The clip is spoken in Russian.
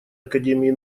академии